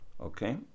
Okay